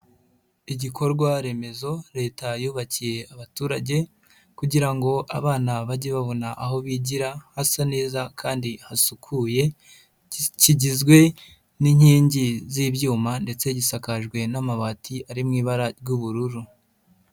Igikorwa remezo Leta yubakiye abaturage kugira ngo abana bajye babona aho bigira hasa neza kandi hasukuye, kigizwe n'inkingi z'ibyuma ndetse gisakajwe n'amabati ari mu ibara ry'ubururu.